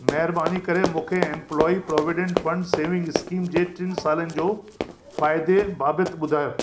महिरबानी करे मूंखे employee provident fund savings scheme जे टिनि सालनि जो फ़ाइदे बाबति ॿुधायो